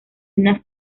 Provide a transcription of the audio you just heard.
una